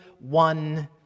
one